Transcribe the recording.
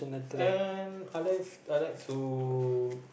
and I like I like to